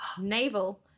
navel